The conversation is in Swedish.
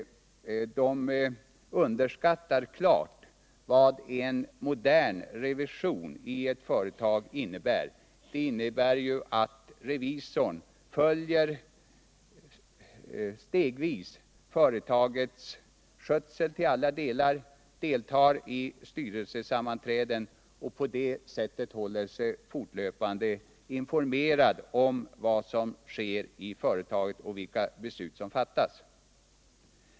De underskattar klart vad en modern revision i ett företag innebär. Det innebär ju att revisorn stegvis följer företagets skötsel till alla delar, deltar i styrelsesammanträden och håller sig på det sättet fortlöpande informerad om vad som sker i företaget och vilka beslut som fattas.